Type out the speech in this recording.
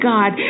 God